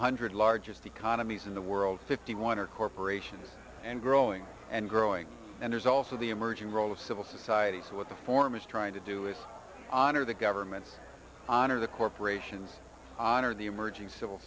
hundred largest economies in the world fifty one are corporations and growing and growing and there's also the emerging role of civil society so what the former is trying to do is honor the government's honor the corporations honor the emerging civil